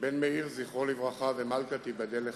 בן מאיר, זכרו לברכה, ומלכה, תיבדל לחיים,